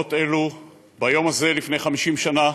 בשעות אלו ביום הזה לפני 50 שנה